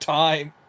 time